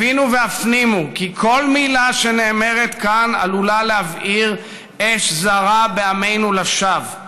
הבינו והפנימו כי כל מילה שנאמרת כאן עלולה להבעיר אש זרה בעמנו לשווא.